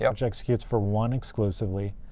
yeah which executes for one exclusively.